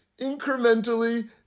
incrementally